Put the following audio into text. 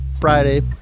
Friday